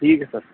ٹھیک ہے سر